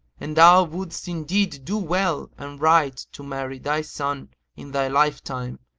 and thou wouldst indeed do well and right to marry thy son in thy lifetime,